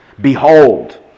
Behold